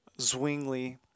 Zwingli